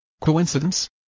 Coincidence